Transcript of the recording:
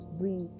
bring